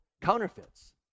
counterfeits